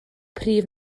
prif